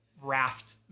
raft